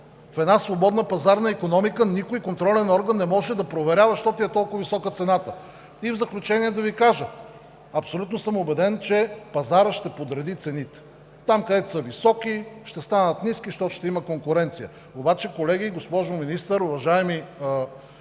В една свободна пазарна икономика никой контролен орган не може да проверява защо ти е толкова висока цената. В заключение да Ви кажа – абсолютно съм убеден, че пазарът ще подреди цените и там, където са високи, ще станат ниски, защото ще има конкуренция. Обаче, колеги, госпожо Министър, уважаеми